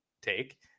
take